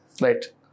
Right